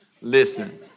Listen